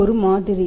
ஒரு மாதிரி